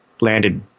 landed